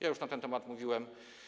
Już na ten temat mówiłem.